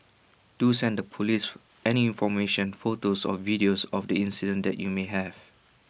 do send the Police any information photos or videos of the incident that you may have